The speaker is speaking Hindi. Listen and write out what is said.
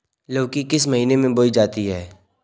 लौकी किस महीने में बोई जाती है?